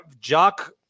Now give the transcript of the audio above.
Jock